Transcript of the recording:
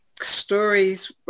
stories